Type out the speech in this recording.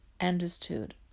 understood